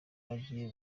bagiye